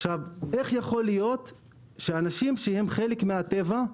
איך יכול להיות שאנשים שהם חלק מן הטבע,